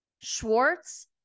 Schwartz